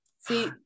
see